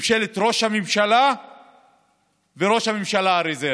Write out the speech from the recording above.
ממשלת ראש הממשלה וראש הממשלה הרזרבי.